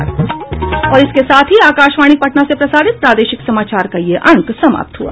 इसके साथ ही आकाशवाणी पटना से प्रसारित प्रादेशिक समाचार का ये अंक समाप्त हुआ